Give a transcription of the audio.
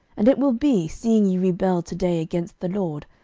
and it will be, seeing ye rebel to day against the lord,